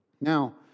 Now